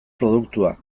produktua